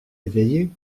éveillés